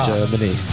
Germany